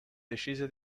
decise